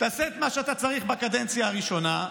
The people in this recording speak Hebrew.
תעשה את מה שאתה צריך בקדנציה הראשונה,